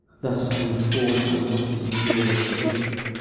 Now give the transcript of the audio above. thus i enforce thy rotten jaws to open,